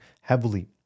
heavily